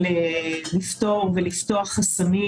לפתור ולפתוח חסמים.